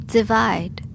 Divide